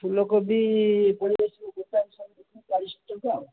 ଫୁଲକୋବି ପଳେଇ ଆସିବ ଗୋଟା ହିସାବରେ ଚାଳିଶ ଟଙ୍କା ଆଉ